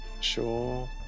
sure